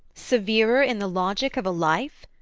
severer in the logic of a life?